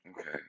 Okay